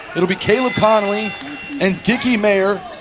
itll be caleb konley and dicky mayer